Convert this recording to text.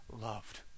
loved